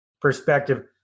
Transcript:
perspective